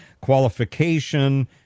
qualification